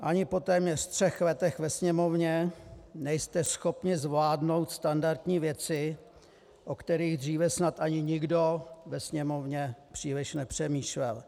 Ani téměř po třech letech ve Sněmovně nejste schopni zvládnout standardní věci, o kterých dříve snad ani nikdo ve Sněmovně příliš nepřemýšlel.